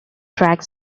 track